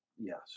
Yes